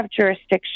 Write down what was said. jurisdiction